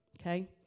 okay